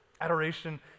Adoration